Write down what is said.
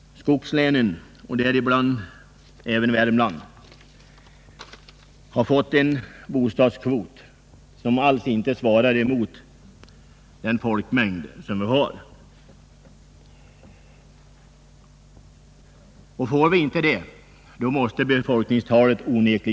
Skogslänen, och däribland även Värmland, har fått en kvot som inte alls svarar mot folkmängden. Om vi inte får en tillräckligt stor del av bostadskvoten måste befolkningstalet sjunka.